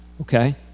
Okay